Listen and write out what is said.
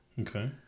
Okay